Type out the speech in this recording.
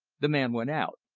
the man went out.